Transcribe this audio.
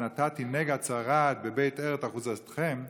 ונתתי נגע צרעת בבית ארץ אחוזתכם.